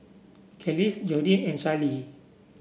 Kelis Jordyn and Charlee